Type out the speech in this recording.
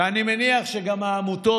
ואני מניח שגם העמותות,